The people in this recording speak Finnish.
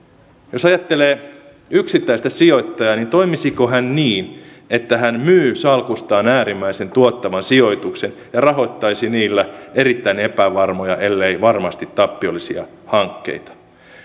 jos ajattelee yksittäistä sijoittajaa niin toimisiko hän niin että hän myy salkustaan äärimmäisen tuottavan sijoituksen ja rahoittaisi niillä erittäin epävarmoja ellei varmasti tappiollisia hankkeita